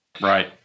Right